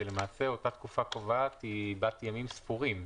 שלמעשה אותה תקופה קובעת היא בת ימים ספורים,